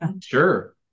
Sure